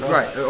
Right